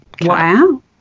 Wow